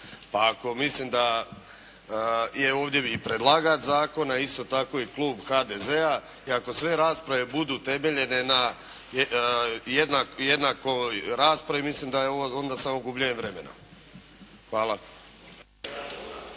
Pa mislim da je ovdje i predlagač zakona, isto tako i klub HDZ-a i ako sve rasprave budu temeljene na jednakoj raspravi, mislim da je ovo onda samo gubljenje vremena. Hvala.